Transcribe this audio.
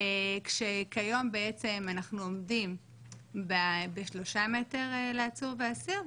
כשכיום בעצם אנחנו עומדים בשלושה מטר לעצור ואסיר,